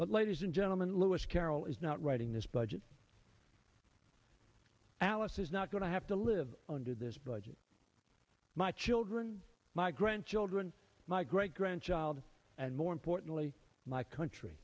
but ladies and gentlemen lewis carroll is not writing this budget alice is not going to have to live under this budget my children my grandchildren my great grandchild and more importantly my country